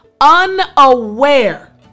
unaware